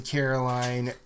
Caroline